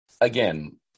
again